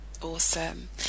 Awesome